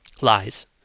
lies